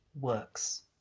works